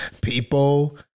people